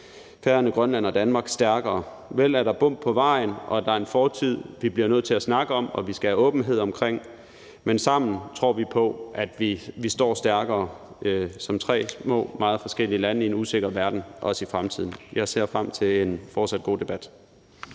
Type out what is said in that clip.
Færøerne, Grønland og Danmark, stærkere. Vel er der bump på vejen, og der er en fortid, vi bliver nødt til at snakke om, og som vi skal have åbenhed omkring, men sammen tror vi på, at vi står stærkere som tre små meget forskellige lande i en usikker verden også i fremtiden. Jeg ser frem til en fortsat god debat.